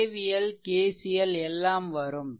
KVL KCL எல்லாம் வரும்